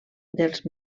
dels